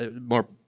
more